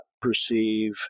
perceive